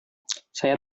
saya